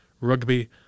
rugby